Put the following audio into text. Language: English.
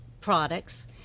products